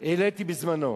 העליתי בזמנו: